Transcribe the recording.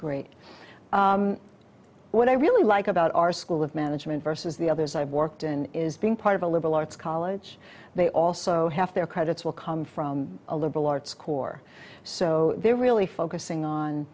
great what i really like about our school of management versus the others i've worked in is being part of a liberal arts college they also have their credits will come from a liberal arts corps so they're really focusing on